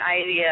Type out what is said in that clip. idea